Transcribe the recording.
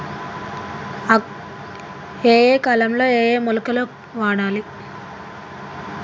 ఏయే కాలంలో ఏయే మొలకలు వాడాలి?